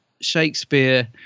Shakespeare